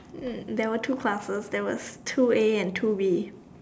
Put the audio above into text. there were two classes there was two a and two B